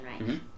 right